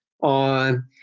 on